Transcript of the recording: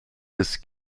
des